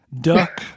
duck